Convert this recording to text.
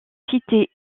cités